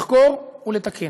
לחקור ולתקן,